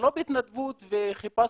זה לא בהתנדבות, סליחה.